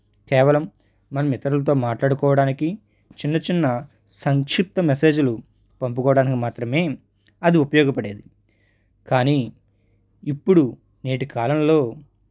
కేవలం మనం ఇతరులతో మాట్లాడుకోవడానికి చిన్నచిన్న సంక్షిప్త మెసేజులు పంపుకోవడానికి మాత్రమే అది ఉపయోగపడేది కానీ ఇప్పుడు నేటి కాలంలో